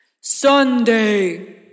Sunday